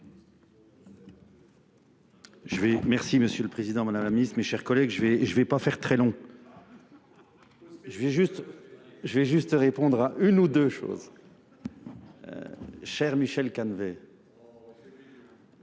Merci Monsieur le Président, Madame la Ministre, mes chers collègues, je ne vais pas faire très long. Je vais juste répondre à une ou deux choses. Cher Michel Cannevet,